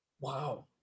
Wow